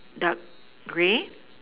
dark grey